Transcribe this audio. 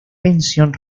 pensión